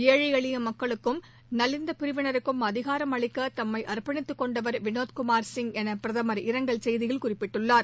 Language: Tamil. ஏழை எளிய மக்களுக்கும் நலிந்த பிரிவினருக்கும் அதிகாரம் அளிக்க தம்மை அர்ப்பணித்துக் கொண்டவர் வினோத்குமார் சிங் என பிரதமர் இரங்கல் செய்தியில் குறிப்பிட்டுள்ளார்